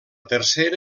tercera